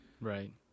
Right